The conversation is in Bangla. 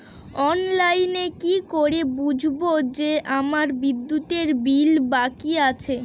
অনলাইনে কি করে বুঝবো যে আমার বিদ্যুতের বিল বাকি আছে?